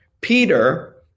Peter